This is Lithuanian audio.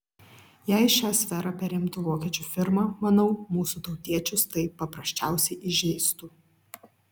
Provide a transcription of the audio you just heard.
jei šią sferą perimtų vokiečių firma manau mūsų tautiečius tai paprasčiausiai įžeistų